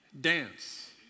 dance